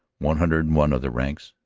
one hundred and one other ranks,